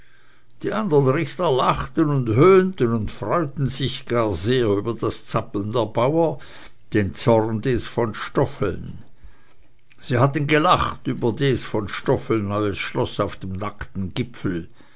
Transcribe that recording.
die andern ritter lachten und höhnten und freuten sich gar sehr über das zappeln der bauren den zorn des von stoffeln sie hatten gelacht über des von stoffeln neues schloß auf dem nackten gipfel